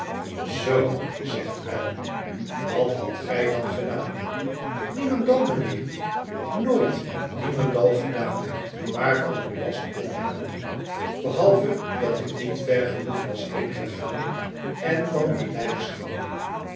zoo zegt allan wat hadt gij dan gedaan niemendal mijnheer nooit niemendal gedaan waarvan ik last kon hebben behalve dat ik niet ver genoeg was heengegaan en dan die